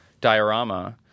diorama